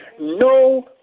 No